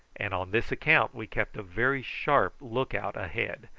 and on this account we kept a very sharp look-out ahead,